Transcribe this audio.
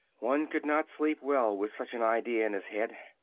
one could not sleep well with such an idea in his head.